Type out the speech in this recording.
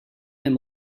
him